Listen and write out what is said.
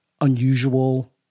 unusual